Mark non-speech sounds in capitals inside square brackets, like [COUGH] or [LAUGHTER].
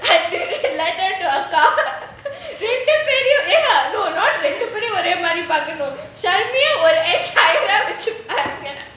[LAUGHS] அக்கா ரெண்டு பேரையும் ஒரே மாதிரி பார்க்கணும்:akka rendu peraiyum orey maathiri paarkanum ya eh no not [LAUGHS]